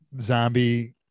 zombie